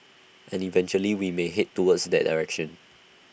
and eventually we may Head towards that direction